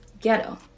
ghetto